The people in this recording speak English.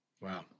Wow